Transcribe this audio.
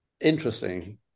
interesting